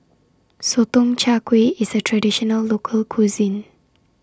Sotong Char Kway IS A Traditional Local Cuisine